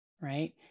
right